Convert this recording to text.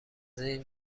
این